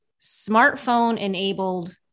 smartphone-enabled